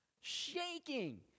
Shaking